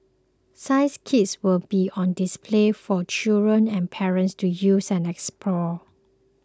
science kits will be on display for children and parents to use and explore